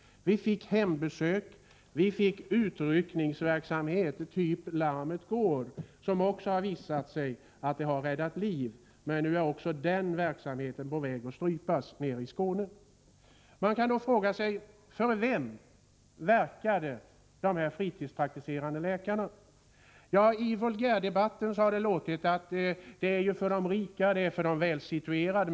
Vi fick hembesök. Vi fick utryckningsverksamhet av typ Larmet går, som visat sig rädda liv. Men nu är också den verksamheten på väg att strypas nere i Skåne. Man kan då fråga sig: För vem verkar dessa fritidspraktiserande läkare? I vulgärdebatten har det låtit som om det var för de rika och för de välsituerade.